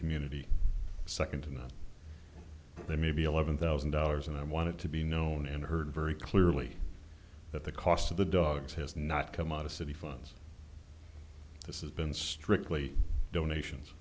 community second to not maybe eleven thousand dollars and i wanted to be known and heard very clearly that the cost of the dogs has not come out of city funds this is been strictly donations